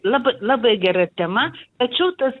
lab labai gera tema tačiau tas